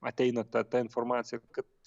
ateina ta ta informacija kad